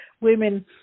Women